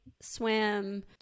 swim